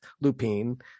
Lupine